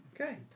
Okay